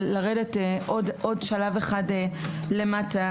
אבל אני מדברת על לרדת שלב נוסף למטה.